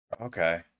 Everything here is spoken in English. Okay